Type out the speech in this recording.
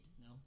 no